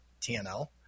TNL